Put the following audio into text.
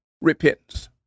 Repentance